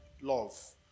love